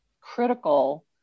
critical